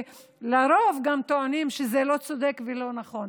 שלרוב טוענים שזה לא צודק ולא נכון.